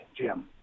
Jim